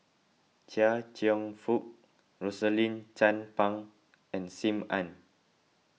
Chia Cheong Fook Rosaline Chan Pang and Sim Ann